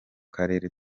karere